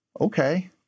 okay